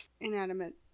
inanimate